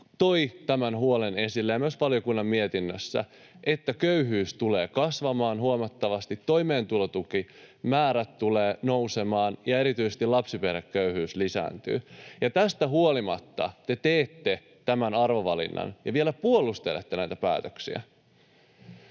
toivat tämän huolen esille ja myös valiokunnan mietinnössä tuotiin esille, että köyhyys tulee kasvamaan huomattavasti, toimeentulotukimäärät tulevat nousemaan ja erityisesti lapsiperheköyhyys lisääntyy, ja tästä huolimatta te teette tämän arvovalinnan ja vielä puolustelette näitä päätöksiä.